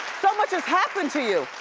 so much has happened to you.